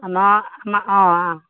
আমাৰ আমা অ